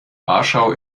warschau